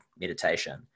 meditation